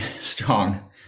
strong